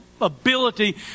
ability